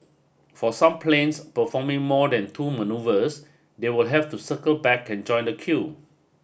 for some planes performing more than two manoeuvres they will have to circle back and join the queue